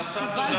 הנדסת תודעה.